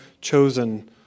chosen